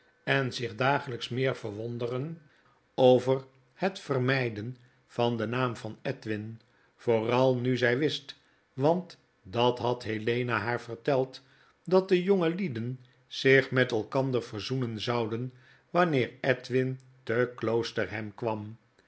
en zich dagelijks meer verwonderen over het vermijden van den naam van edwin vooral nu zjj wist want dat had helena haar verteld dat de jongelieden zich met elkander verzoenen zouden wanneer edwin te kloosterham kwam